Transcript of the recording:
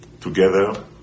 Together